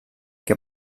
que